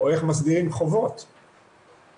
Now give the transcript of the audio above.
מול 30 שנה, פגישה אחת.